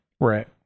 Right